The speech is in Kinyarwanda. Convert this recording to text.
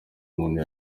umuntu